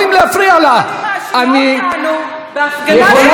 היא מאשימה אותנו בהפגנה של אנשים שלא קשורים למפלגת